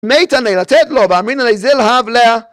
ניתן לי לתת לו, באמינא ליה זיל הב לה